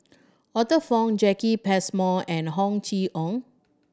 Arthur Fong Jacki Passmore and Ho Chee ong